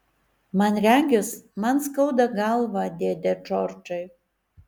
man regis man skauda galvą dėde džordžai